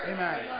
Amen